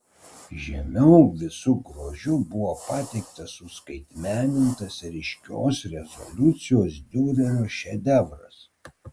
žemiau visu grožiu buvo pateiktas suskaitmenintas ryškios rezoliucijos diurerio šedevras